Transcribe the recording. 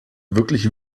wirklich